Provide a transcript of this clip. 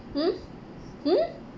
hmm hmm